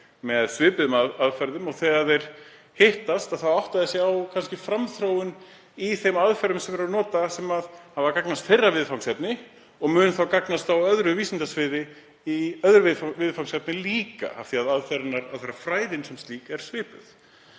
með svipuðum aðferðum og þegar þeir hittast þá átta þeir sig kannski á framþróun í þeim aðferðum sem þeir eru að nota sem hafa gagnast þeirra viðfangsefni og munu þá gagnast á öðru vísindasviði í öðru viðfangsefni líka af því að aðferðafræðin sem slík er svipuð.